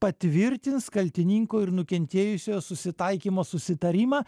patvirtins kaltininko ir nukentėjusiojo susitaikymo susitarimą